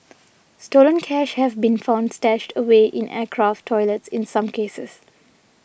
stolen cash have been found stashed away in aircraft toilets in some cases